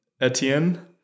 Etienne